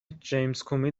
جیمزکومی